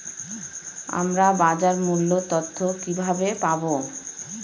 আমরা বাজার মূল্য তথ্য কিবাবে পাবো?